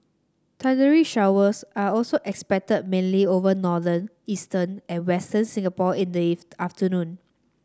thundery showers are also expected mainly over northern eastern and western Singapore in the afternoon